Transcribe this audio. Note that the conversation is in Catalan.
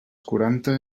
quaranta